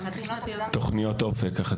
הם אחראים על תכניות אופק.